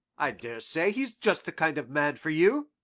i dare say he's just the kind of man for you.